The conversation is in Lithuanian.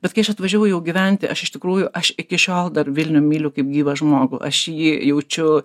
bet kai aš atvažiavau jau gyventi aš iš tikrųjų aš iki šiol dar vilnių myliu kaip gyvą žmogų aš jį jaučiu